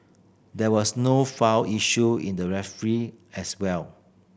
there was no foul issued in the referee as well